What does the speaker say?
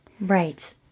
Right